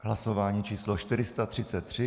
Hlasování číslo 433.